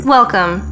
Welcome